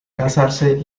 casarse